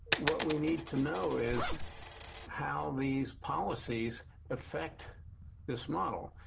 what we need to know is how these policies affect this model.